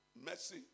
mercy